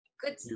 Good